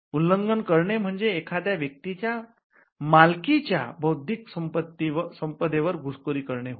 उल्लंघन करणे म्हणजे एखाद्या व्यक्तीच्या मालकीच्या बौद्धिक संपदेवर घुसखोरी करणे होय